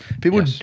People